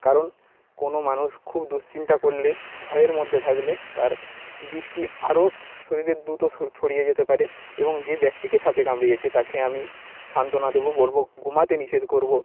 কারণ কোনও মানুষ খুব দুশ্চিন্তা করলে ভয়ের মধ্যে থাকলে তার বিষটি আরও শরীরে দ্রুত ছড়িয়ে যেতে পারে এবং যে ব্যক্তিকে সাপে কামড়িয়েছে তাকে আমি সান্ত্বনা দেবো বলব ঘুমাতে নিষেধ করব